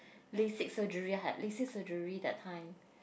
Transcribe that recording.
Lasik surgery I had Lasik surgery that time